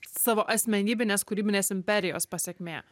savo asmenybines kūrybinės imperijos pasekmė